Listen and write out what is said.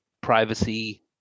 privacy